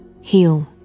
Heal